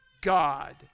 God